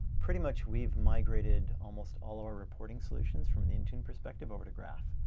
pretty much we've migrated almost all our reporting solutions from the intune perspective over to graph.